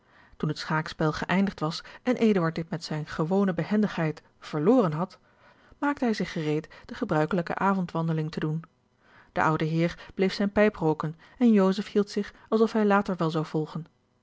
toen het schaakspel geëindigd was en eduard dit met zijne gewone behendigheid verloren had maakte hij zich gereed de gebruikelijke avondwandeling te doen de oude heer bleef zijne pijp rooken en joseph hield zich alsof hij later wel zou volgen